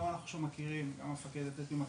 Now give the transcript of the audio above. גם אנחנו מכירים עכשיו וגם המפקדת מכירה,